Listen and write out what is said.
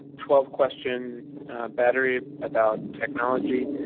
twelve question battery about technology